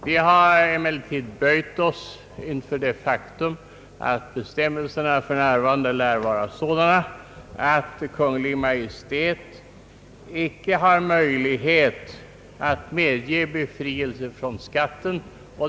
Vi har emellertid böjt oss inför det faktum att bestämmelserna är sådana att Kungl. Maj:t icke har möjlighet att medge befrielse från skatten.